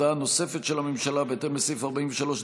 הודעה נוספת של הממשלה, בהתאם לסעיף 43ד(ו)